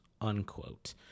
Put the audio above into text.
unquote